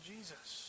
Jesus